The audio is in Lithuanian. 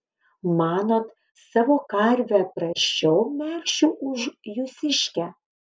manot savo karvę prasčiau melšiu už jūsiškę